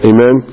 Amen